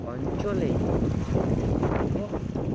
অঞ্চলে বিভক্ত